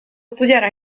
studiare